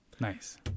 Nice